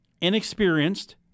inexperienced